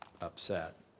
upset